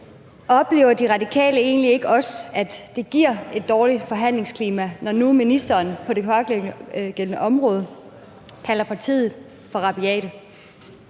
Oplever De Radikale egentlig ikke også, at det giver et dårligt forhandlingsklima, når nu ministeren på det pågældende område kalder partiet for rabiate?